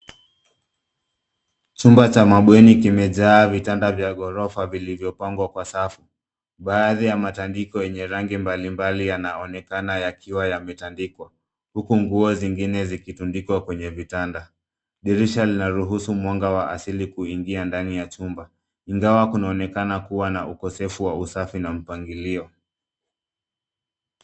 Chumba cha mabweni kimejaa vitanda vya ghorofa vilivyo pangwa kwa safu. Baadhi ya matandiko yenye rangi mbali mbali yanaonekana yakiwa yametandikwa. Huku nguo zingine zimetandikwa kwenye vitanda. Dirisha linaruhusu mwanga wa asili kuingia ndani ya chumba. Ingawa kunaonekana kuwa na ukosefu wa usafi na mpangilio.